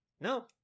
No